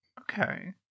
Okay